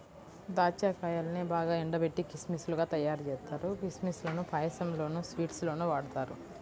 దాచ్చా కాయల్నే బాగా ఎండబెట్టి కిస్మిస్ లుగా తయ్యారుజేత్తారు, కిస్మిస్ లను పాయసంలోనూ, స్వీట్స్ లోనూ వాడతారు